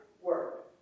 work